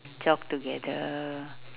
jog together